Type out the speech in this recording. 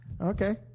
okay